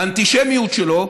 האנטישמיות שלו,